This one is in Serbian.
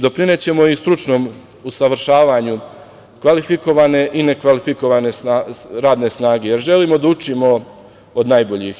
Doprinećemo i stručnom usavršavanju kvalifikovane i ne kvalifikovane radne snage, jer želimo da učimo od najboljih.